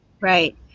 right